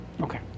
Okay